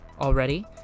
Already